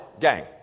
gang